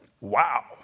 Wow